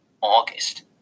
August